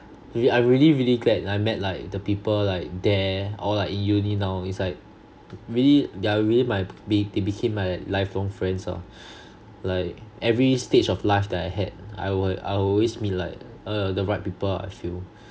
rea~ I really really glad I met like the people like there or like in uni now it's like really they are really my they became my life long friends ah like every stage of life that I had I will I'll always meet like err the right people ah I feel